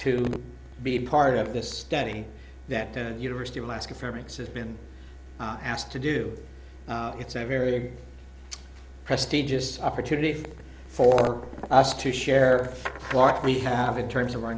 to be part of this study that the university of alaska fairbanks has been asked to do it's a very prestigious opportunity for us to share barclay have in terms of